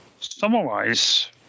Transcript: summarize